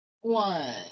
one